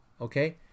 Okay